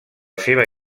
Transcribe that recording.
seva